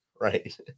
Right